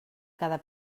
cada